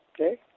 okay